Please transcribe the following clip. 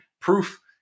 proof